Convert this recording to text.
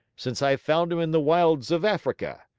since i found him in the wilds of africa.